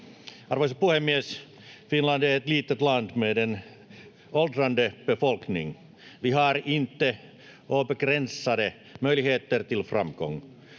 Arvoisa puhemies! Finland är ett litet land med en åldrande befolkning. Vi har inte obegränsade möjligheter till framgång.